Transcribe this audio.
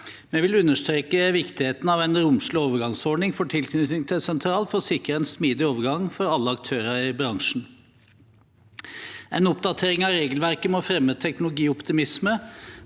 Jeg vil understreke viktigheten av en romslig overgangsordning for tilknytning til sentral for å sikre en smidig overgang for alle aktører i bransjen. En oppdatering av regelverket må fremme teknologioptimisme